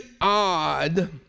odd